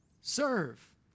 serve